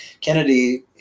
kennedy